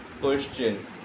question